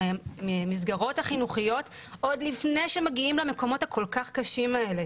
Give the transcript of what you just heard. והמסגרות החינוכיות עוד לפני שמגיעים למקומות הכול כך קשים האלה.